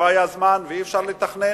שלא היה זמן ואי-אפשר לתכנן,